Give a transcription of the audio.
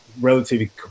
relatively